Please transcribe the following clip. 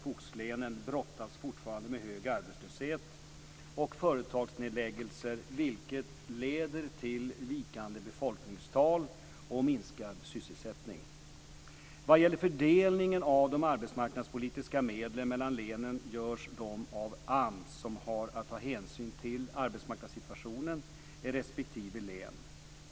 skogslänen brottas fortfarande med hög arbetslöshet och företagsnedläggningar, vilket leder till vikande befolkningstal och minskad sysselsättning. Vad gäller fördelningen av de arbetsmarknadspolitiska medlen mellan länen görs de av AMS, som har att ta hänsyn till arbetsmarknadssituationen i respektive län.